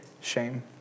shame